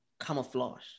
Camouflage